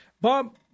Bob